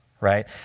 right